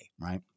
right